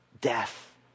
death